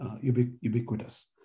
ubiquitous